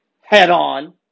head-on